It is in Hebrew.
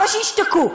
אבל שישתקו,